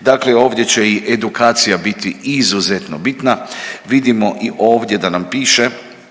Dakle ovdje će i edukacija biti izuzetno bitna. Vidimo i ovdje da nam piše